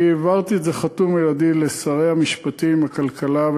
אני העברתי את זה חתום על-ידי לשרי המשפטים והכלכלה,